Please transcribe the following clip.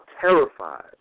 terrified